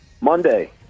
Monday